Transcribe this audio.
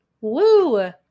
Woo